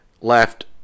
left